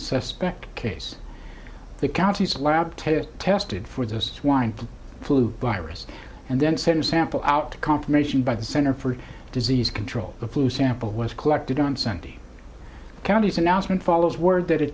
suspect case the county's allowed to tested for those wind flu virus and then send sample out to confirmation by the center for disease control a flu sample was collected on sunday county's announcement follows word that a